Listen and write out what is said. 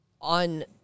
on